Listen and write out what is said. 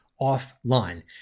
offline